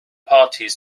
parties